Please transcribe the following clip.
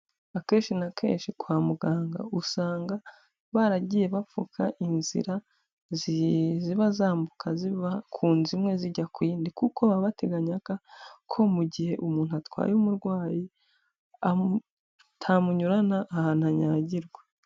Akenshi na kenshi kwa muganga usanga baragiye bapfuka inzira ziba zambuka ziva ku nzu imwe zijya ku yindi, kuko baba bateganyaga ko mu gihe umuntu atwaye umurwayi atamunyurana ahantu anyagirwa.